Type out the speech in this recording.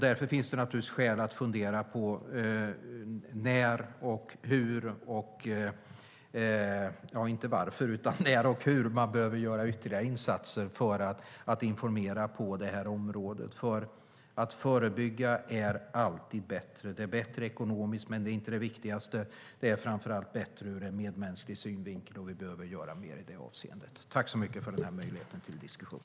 Därför finns det naturligtvis skäl att fundera över när och hur man behöver göra ytterligare insatser för att informera på det här området. Att förebygga är alltid bättre. Det är bättre ekonomiskt, men det är inte det viktigaste. Det är framför allt bättre ur en mänsklig synvinkel, och vi behöver göra mer i det avseendet. Tack för den här möjligheten till diskussion!